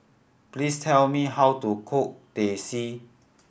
please tell me how to cook Teh C